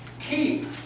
keep